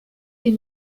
est